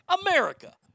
America